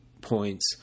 points